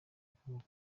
ukomoka